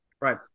Right